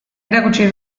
erakutsi